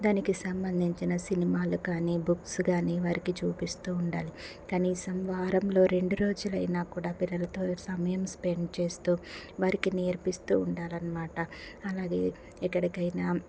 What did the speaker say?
దానికి సంబంధించిన సినిమాలు కాని బుక్స్ కాని వారికి చూపిస్తూ ఉండాలి కనీసం వారంలో రెండు రోజులైనా కూడా పిల్లలతో సమయం స్పెండ్ చేస్తూ వారికి నేర్పిస్తూ ఉండాలనమాట అలాగే ఎక్కడికైనా